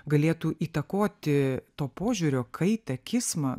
galėtų įtakoti to požiūrio kaitą kismą